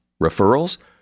Referrals